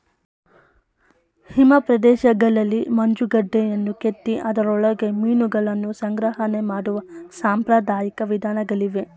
ಹಿಮ ಪ್ರದೇಶಗಳಲ್ಲಿ ಮಂಜುಗಡ್ಡೆಯನ್ನು ಕೆತ್ತಿ ಅದರೊಳಗೆ ಮೀನುಗಳನ್ನು ಸಂಗ್ರಹಣೆ ಮಾಡುವ ಸಾಂಪ್ರದಾಯಿಕ ವಿಧಾನಗಳಿವೆ